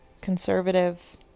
conservative